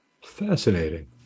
fascinating